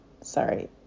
Sorry